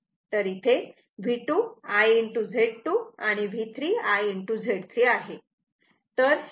तर इथे V2 I Z2 आणि V3 I Z 3 आहे